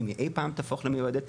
אם היא אי פעם תהפוך למיועדת,